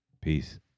Peace